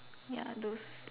ya those